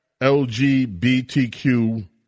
LGBTQ